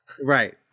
Right